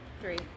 Three